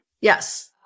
Yes